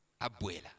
abuela